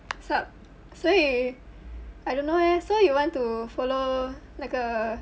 sup 所以 I don't know eh so you want to follow 那个